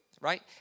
right